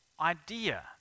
idea